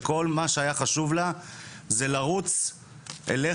שכל מה שהיה חשוב לה זה לרוץ אליך,